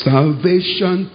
Salvation